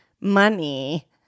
money